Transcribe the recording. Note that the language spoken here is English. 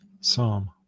Psalm